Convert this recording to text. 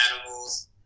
animals